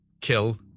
kill